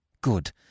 Good